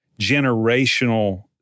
generational